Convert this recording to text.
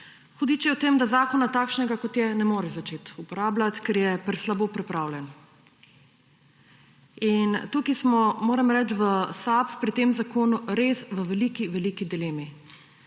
Hudič je v tem, da takšnega zakona, kot je, ne moreš začeti uporabljati, ker je preslabo pripravljen. Tukaj smo, moram reči, v SAB pri tem zakonu v res veliki veliki dilemi.